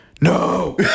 no